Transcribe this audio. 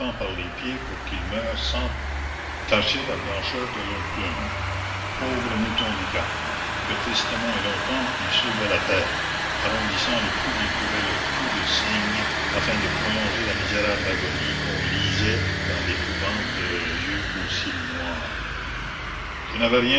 par les pieds pour qu'ils meurent sans tacher la blancheur de leurs plumes pauvres moutons du cap que tristement et longtemps ils soulevaient la tête arrondissant le plus qu'ils pouvaient leurs cous de cygnes afin de prolonger la misérable agonie qu'on lisait dans l'épouvante de leurs yeux aux cils noirs la commune je n'avais rien